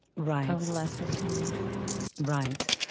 right, over the last fifteen years right.